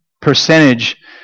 percentage